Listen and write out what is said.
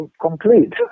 complete